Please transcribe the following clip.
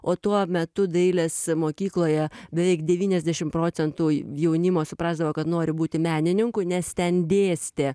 o tuo metu dailės mokykloje beveik devyniasdešim procentų jaunimo suprasdavo kad nori būti menininku nes ten dėstė